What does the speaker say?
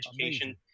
education